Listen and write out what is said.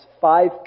five